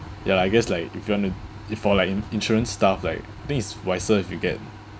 ya I guess like if you want to if for like in~ insurance stuff right I think it's wiser if you get